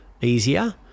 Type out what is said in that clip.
easier